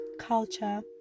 culture